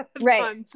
Right